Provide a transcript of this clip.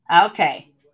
Okay